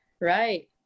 right